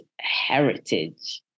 heritage